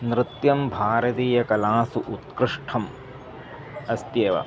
नृत्यं भारतीयकलासु उत्कृष्टम् अस्त्येव